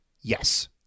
Yes